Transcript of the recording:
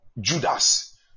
Judas